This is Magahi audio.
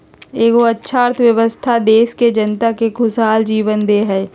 एगो अच्छा अर्थव्यवस्था देश के जनता के खुशहाल जीवन दे हइ